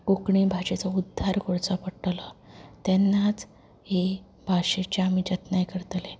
कोंकणी भाशेचो उध्दार करचो पडटलो तेन्नाच ही भाशेच्या आमी जतनाय करतली